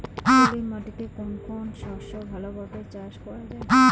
পলি মাটিতে কোন কোন শস্য ভালোভাবে চাষ করা য়ায়?